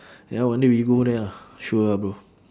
ya one day we go there ah sure ah bro